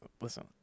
listen